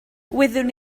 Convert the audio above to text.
wyddwn